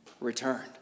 returned